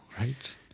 right